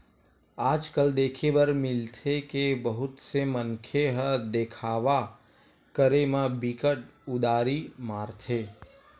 आज कल देखे बर मिलथे के बहुत से मनखे ह देखावा करे म बिकट उदारी मारथे